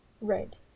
Right